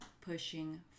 pushing